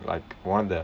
like one of the